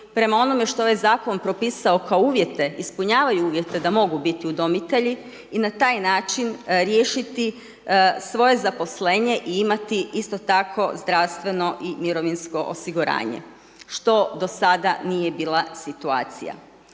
prema onome što je Zakon propisao kao uvjete, ispunjavaju uvjete da mogu biti udomitelji i na taj način riješiti svoje zaposlenje i imati isto tako zdravstveno i mirovinsko osiguranje, što do sada nije bila situacija.